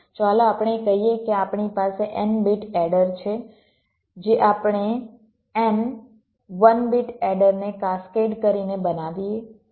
ચાલો આપણે કહીએ કે આપણી પાસે n બીટ એડર છે જે આપણે n 1 બીટ એડરને કાસ્કેડ કરીને બનાવીએ છીએ